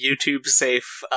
YouTube-safe